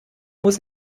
muss